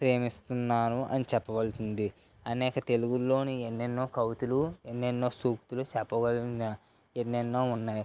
ప్రేమిస్తున్నాను అని చెప్పవలసింది అనేక తెలుగులో ఎన్నెన్నో కవితలు ఎన్నెన్నో సూక్తులు చెప్పవలసినవి ఎన్నెన్నో ఉన్నాయి